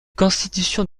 constitutions